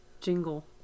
jingle